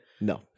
No